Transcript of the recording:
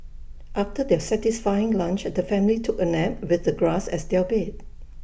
after their satisfying lunch the family took A nap with the grass as their bed